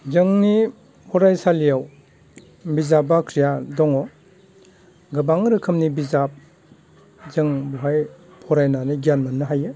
जोंनि फरायसालियाव बिजाब बाख्रिया दङ गोबां रोखोमनि बिजाब जों बेवहाय फरायनानै गियान मोननो हायो